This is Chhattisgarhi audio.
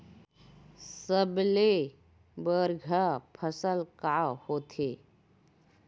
सबले बढ़िया फसल का होथे?